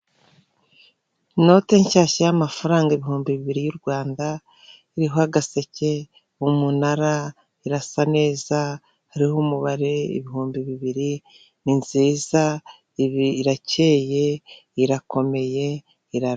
Inote nshyashya y'amafaranga ibihumbi bibiri y'u Rwanda, iriho agaseke, umunara, irasa neza, hariho umubare ibihumbi bibiri, ni nziza, irakeye irakomeye